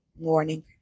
morning